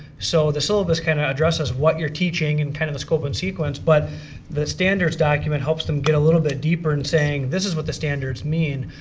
so the syllabus really kind of addresses what your teaching and kind of the scope and sequence, but the standards document helps them get a little bit deeper in saying this is what the standards mean.